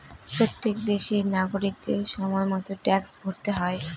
প্রত্যেক দেশের নাগরিকদের সময় মতো ট্যাক্স ভরতে হয়